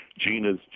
Gina's